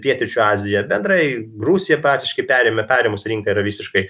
pietryčių azija bendrai rusija praktiškai perėmė perėmus rinką yra visiškai